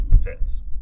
fits